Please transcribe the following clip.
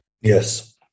Yes